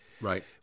Right